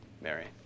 Mary